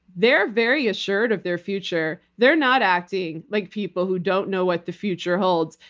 they're very assured of their future. they're not acting like people who don't know what the future holds.